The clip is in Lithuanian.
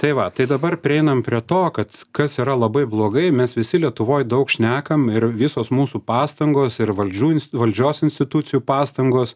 tai va tai dabar prieinam prie to kad kas yra labai blogai mes visi lietuvoj daug šnekam ir visos mūsų pastangos ir valdžių ins valdžios institucijų pastangos